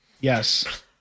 Yes